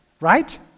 right